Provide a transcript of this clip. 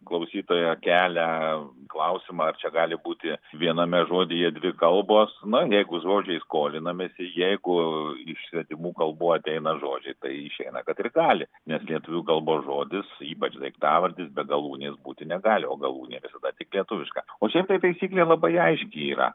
klausytoja kelia klausimą ar čia gali būti viename žodyje dvi kalbos na jeigu žodžiai skolinamiesi jeigu iš svetimų kalbų ateina žodžiai tai išeina kad ir gali nes lietuvių kalbos žodis ypač daiktavardis be galūnės būti negali o galūnė visada tik lietuviška o šiaip tai taisyklė labai aiški yra